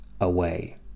away